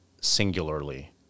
singularly